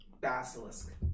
basilisk